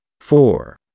four